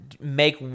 make